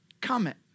comment